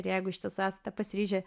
ir jeigu iš tiesų esate pasiryžę